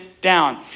down